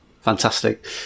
Fantastic